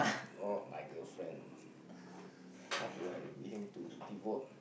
not my girlfriend what do I willing to devote